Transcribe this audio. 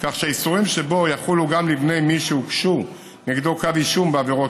כך שהאיסורים שבו יחולו גם על מי שהוגש נגדו כתב אישום בעבירת